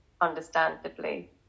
understandably